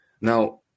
now